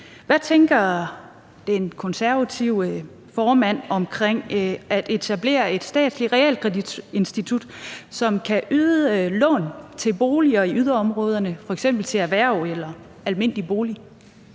Hvad tænker den konservative formand om at etablere et statsligt realkreditinstitut, som kan yde lån til boliger i yderområderne, f.eks. til erhverv eller almindelig bolig?